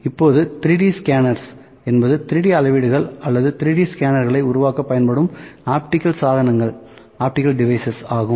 இப்போது 3D scanners என்பது 3D அளவீடுகள் அல்லது 3D ஸ்கேனர்களை உருவாக்க பயன்படும் ஆப்டிகல் சாதனங்கள் ஆகும்